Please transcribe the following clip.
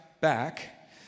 back